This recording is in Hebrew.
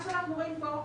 מה שאנחנו רואים פה,